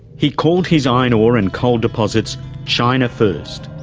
he called his iron ore and coal deposits china first.